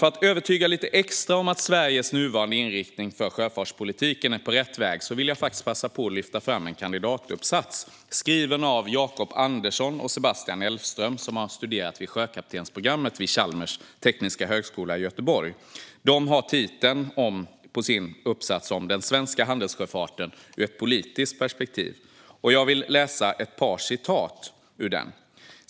För att övertyga lite extra om att Sveriges nuvarande inriktning för sjöfartspolitiken är rätt väg att gå vill jag passa på att lyfta fram en kandidatuppsats. Den är skriven av Jakob Andersson och Sebastian Elfström, som har studerat vid sjökaptensprogrammet vid Chalmers tekniska högskola i Göteborg. Titeln på deras uppsats är Den svenska handelssjöfarten ur ett politiskt perspektiv . Jag vill läsa ett par citat ur uppsatsen.